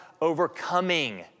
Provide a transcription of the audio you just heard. overcoming